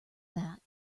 that